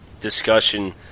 discussion